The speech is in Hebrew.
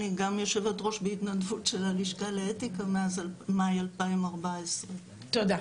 אני גם יושבת-ראש בהתנדבות של הלשכה לאתיקה מאז מאי 2014. תודה.